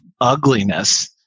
ugliness